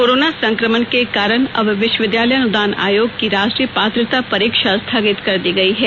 corona संक्रमण के कारण अब विश्वविद्यालय अनुदान आयोग की राष्ट्रीय पात्रता परीक्षा स्थगित कर दी गई है